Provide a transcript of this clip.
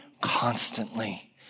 constantly